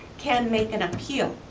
can make an appeal.